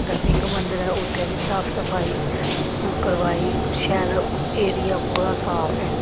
नरसिंह मंदर ऐ उत्थै बी साफ सफाई करवाई शैल एरिया पूरा साफ ऐ